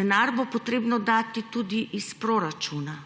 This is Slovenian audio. denar bo treba dati tudi iz proračuna.